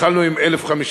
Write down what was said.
התחלנו עם 1,050,